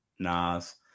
Nas